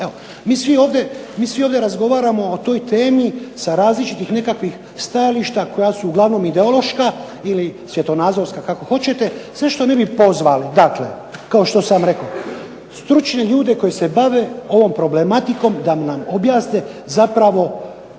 Mi svi ovdje razgovaramo o toj temi sa različitih nekakvih stajališta koja su uglavnom ideološka ili svjetonazorska kako hoćete, zašto ne bi pozvali dakle kao što sam rekao stručne ljude koji se bave ovom problematikom da nam objasne zapravo